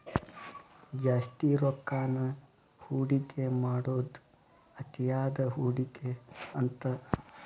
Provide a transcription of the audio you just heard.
ಜಾಸ್ತಿ ರೊಕ್ಕಾನ ಹೂಡಿಕೆ ಮಾಡೋದ್ ಅತಿಯಾದ ಹೂಡಿಕೆ ಅಂತ